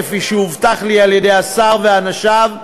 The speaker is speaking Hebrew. כפי שהובטח לי על-ידי השר האוצר ואנשיו,